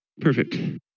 perfect